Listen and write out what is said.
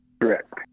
Correct